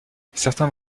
certains